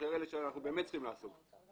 יותר אלה שאנחנו באמת צריכים לעסוק בהן.